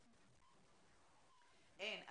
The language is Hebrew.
אין.